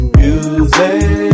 music